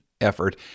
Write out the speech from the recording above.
effort